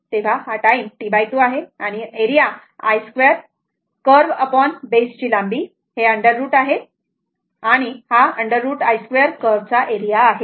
तर हा T2 आहे म्हणून हा एरिया आहे I 2 कर्व बेसची लांबी हे अंडर रूट आहे √ I 2 कर्व चा एरिया आहे